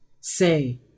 say